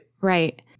Right